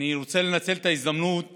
אני רוצה לנצל את ההזדמנות